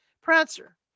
Prancer